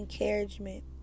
encouragement